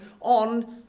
on